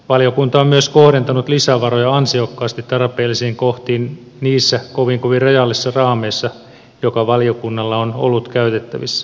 valiokunta on myös kohdentanut lisävaroja ansiokkaasti tarpeellisiin kohtiin niissä kovin kovin rajallisissa raameissa jotka valiokunnalla on ollut käytettävissä